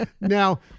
Now